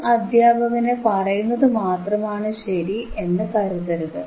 ഒരു അധ്യാപകൻ പറയുന്നതു മാത്രമാണ് ശരി എന്നു കരുതരുത്